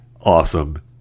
awesome